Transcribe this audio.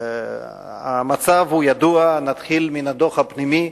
המצב ידוע, נתחיל מהדוח הפנימי.